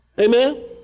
Amen